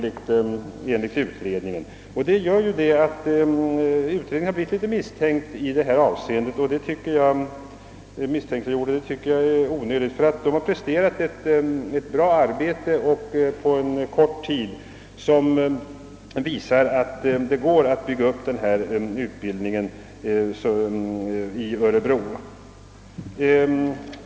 Av denna anledning har utredningen blivit litet misstänkliggjord, och det tycker jag är onödigt; den har presterat ett bra arbete på kort tid och visat att det går att förlägga denna utbildning till Örebro.